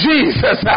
Jesus